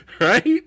Right